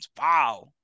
Wow